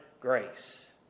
grace